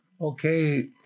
okay